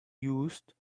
used